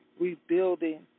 rebuilding